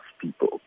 people